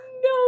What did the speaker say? No